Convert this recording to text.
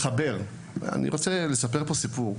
אני רוצה לספר פה סיפור,